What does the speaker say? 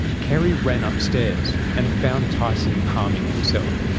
kerrie ran upstairs and found tyson harming himself.